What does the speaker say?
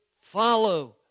follow